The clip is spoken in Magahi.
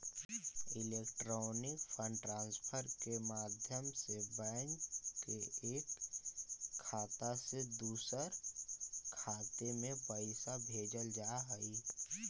इलेक्ट्रॉनिक फंड ट्रांसफर के माध्यम से बैंक के एक खाता से दूसर खाते में पैइसा भेजल जा हइ